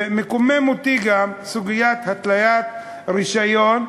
ומקוממת אותי גם סוגיית התליית רישיון,